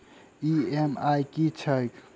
EMI की छैक?